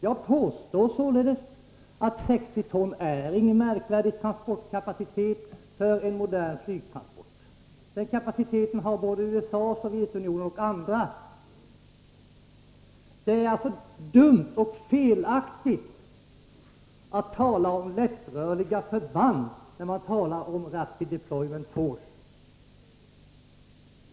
Jag påstår således att 60 ton inte är någon märkvärdig transportkapacitet när det gäller modernt flyg. Den kapaciteten har såväl USA och Sovjetunionen som andra. Det är alltså dumt och felaktigt att tala om lättrörliga förband när det handlar om Rapid Deployment Force.